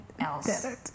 else